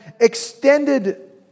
extended